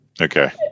Okay